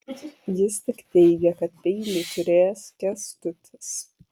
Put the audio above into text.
jis tik teigė kad peilį turėjęs kęstutis